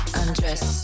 undress